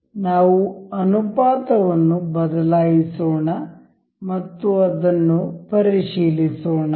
ನಾವು ಅನುಪಾತವನ್ನು ಬದಲಾಯಿಸೋಣ ಮತ್ತು ಅದನ್ನು ಪರಿಶೀಲಿಸೋಣ